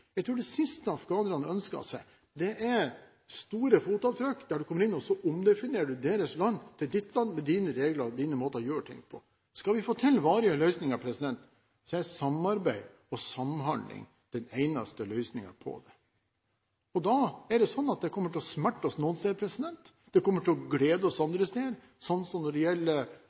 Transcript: jeg passer bra i Afghanistan. Jeg tror det siste afghanerne ønsker seg, er store fotavtrykk der du kommer inn og omdefinerer deres land til ditt land, med dine regler og dine måter å gjøre ting på. Skal vi få til varige løsninger, er samarbeid og samhandling den eneste løsningen. Det kommer til å smerte oss noen steder, og det kommer til å glede oss andre steder – som når det gjelder